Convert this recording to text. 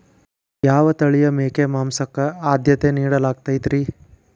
ಯಾವ ತಳಿಯ ಮೇಕೆ ಮಾಂಸಕ್ಕ, ಆದ್ಯತೆ ನೇಡಲಾಗತೈತ್ರಿ?